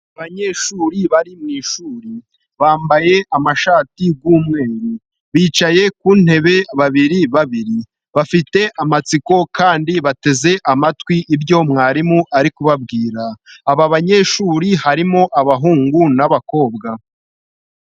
Abanyeshuri bari mu ishuri bambaye amashati y'umweru, bicaye ku ntebe babiri babiri bafite amatsiko kandi bateze amatwi ibyo mwarimu ari kubabwira, aba banyeshuri harimo abahungu n'abakobwa.